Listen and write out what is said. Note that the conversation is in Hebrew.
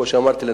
כמו שאמרתי,